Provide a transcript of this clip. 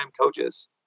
coaches